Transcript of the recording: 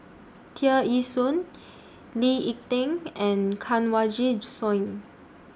Tear Ee Soon Lee Ek Tieng and Kanwaljit Soin